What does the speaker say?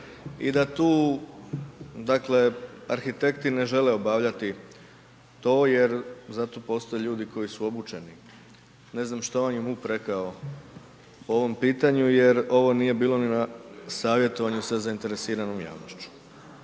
dakle, arhitekti ne žele obavljati to jer za to postoje ljudi koji su obučeni. Ne znam što vam je MUP rekao o ovom pitanju jer ovo nije bilo ni na savjetovanju sa zainteresiranom javnošću.